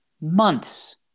months